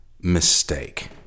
mistake